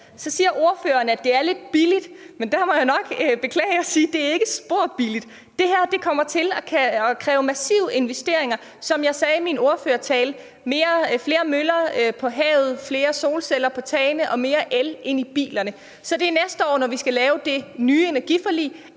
Så siger ordføreren, at det er lidt billigt, men der må jeg jo nok beklage og sige: Det ikke spor billigt. Det her kommer til at kræve massive investeringer. Som jeg sagde i min ordførertale: flere møller på havet, flere solceller på tagene og mere el ind i bilerne. Så det er næste år, når vi skal lave det nye energiforlig,